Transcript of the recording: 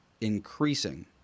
increasing